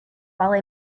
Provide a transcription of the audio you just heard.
while